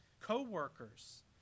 Co-workers